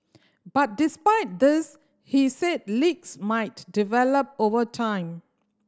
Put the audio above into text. but despite this he said leaks might develop over time